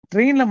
Train